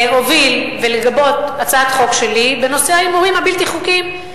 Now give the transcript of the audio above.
להוביל ולגבות הצעת חוק שלי בנושא ההימורים הבלתי-חוקיים.